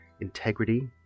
integrity